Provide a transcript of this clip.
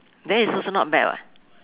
then it's also not bad [what]